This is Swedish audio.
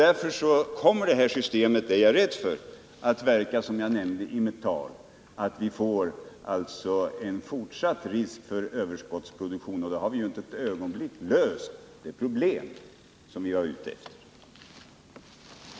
Därför är jag rädd för att detta system tyvärr kommer att medverka till — som jag nämnde i mitt tidigare anförande — att vi får en fortsatt risk för överskottsproduktion. Och då har vi ju inte för ett ögonblick löst det problem som vi var ute efter att lösa.